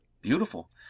Beautiful